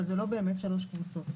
אבל זה לא באמת שלוש קבוצות.